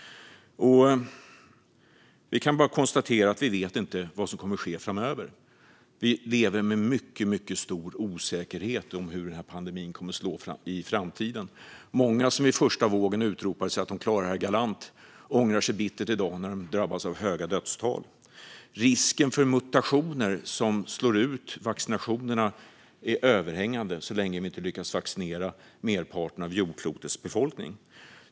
Vi kan bara konstatera att vi inte vet vad som kommer att ske framöver. Vi lever med mycket stor osäkerhet om hur denna pandemi kommer att slå i framtiden. Många som under den första vågen utropade att de klarade detta galant ångrar sig bittert i dag när de drabbas av stora dödstal. Risken för mutationer som slår ut vaccinationerna är överhängande så länge vi inte lyckas vaccinera merparten av jordklotets befolkning.